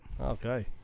Okay